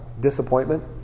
disappointment